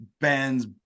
bands